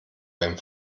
beim